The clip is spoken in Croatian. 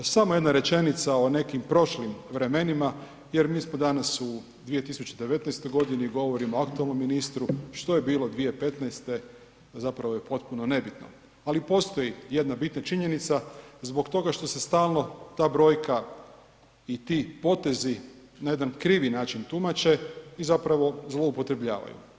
Samo jedna rečenica o nekim prošlim vremenima jer mi smo danas u 2019.g., govorimo o aktualnom ministru, što je bilo 2015. zapravo je potpuno nebitno ali postoji jedna bitna činjenica zbog toga što se stalno ta brojka i ti potezi na jedan krivi način tumače i zapravo zloupotrebljavaju.